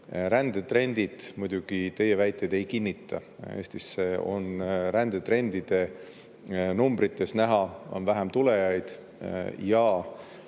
Rändetrendid muidugi teie väiteid ei kinnita. Eestisse on rändetrendide numbrites näha, on vähem tulijaid ja